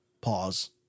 pause